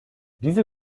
diese